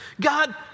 God